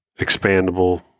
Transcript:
expandable